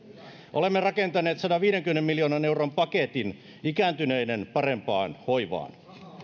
olemme rakentaneet sadanviidenkymmenen miljoonan euron paketin ikääntyneiden parempaan hoivaan